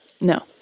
no